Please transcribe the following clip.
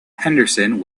henderson